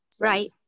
Right